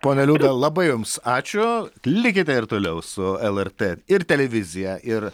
ponia liuda labai jums ačiū likite ir toliau su lrt ir televizija ir